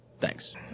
Thanks